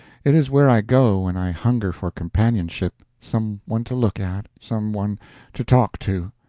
it is where i go when i hunger for companionship, some one to look at, some one to talk to.